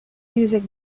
music